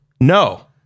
no